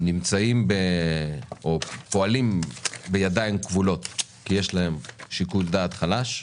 נמצאים או פועלים בידיים כבולות כי יש להם שיקול דעת חלש,